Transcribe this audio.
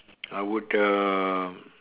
I would uh